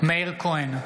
מאיר כהן,